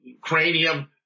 cranium